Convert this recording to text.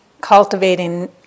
cultivating